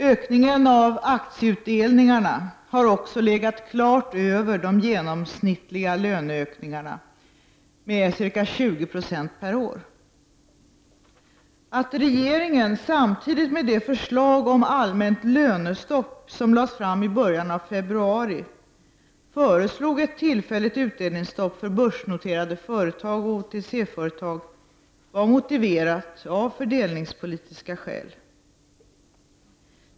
Ökningen av aktieutdelningarna har också legat klart över de genomsnittliga löneökningarna, med 20 Ze per år. Att regeringen samtidigt med det förslag om allmänt lönestopp som lades fram i början av februari föreslog ett tillfälligt utdelningsstopp för börsnoterade företag och OTC-företag var motiverat av fördelningspolitiska skäl.